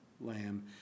lamb